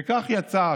וכך יצא,